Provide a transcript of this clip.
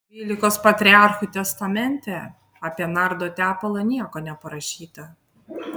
dvylikos patriarchų testamente apie nardo tepalą nieko neparašyta